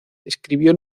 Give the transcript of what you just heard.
escribió